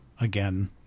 again